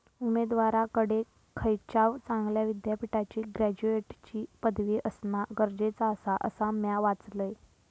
उमेदवाराकडे खयच्याव चांगल्या विद्यापीठाची ग्रॅज्युएटची पदवी असणा गरजेचा आसा, असा म्या वाचलंय